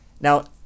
Now